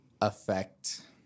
affect